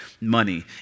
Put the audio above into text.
money